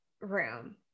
room